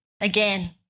again